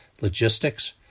logistics